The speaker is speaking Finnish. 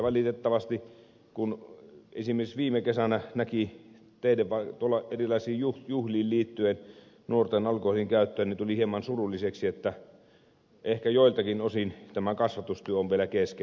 valitettavasti kun esimerkiksi viime kesänä näki erilaisiin juhliin liittyen nuorten alkoholinkäyttöä niin tuli hieman surulliseksi että ehkä joiltakin osin tämä kasvatustyö on vielä kesken